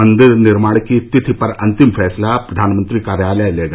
मंदिर निर्माण की तिथि पर अंतिम फैसला प्रधानमंत्री कार्यालय लेगा